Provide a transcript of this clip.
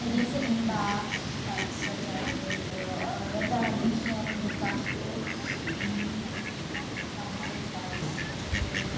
এডিম চেডিম বা তাৰ পিছত আৰু ৰজা ৰাণীৰ খেল লুকা ভাকু লুকা ভাকু তাৰ পিছতে আৰু